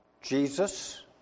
Jesus